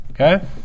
Okay